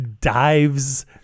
dives